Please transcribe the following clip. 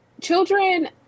children